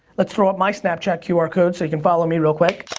let's throw up my snapchat qr code so you can follow me, real quick.